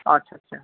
आतसा आतसा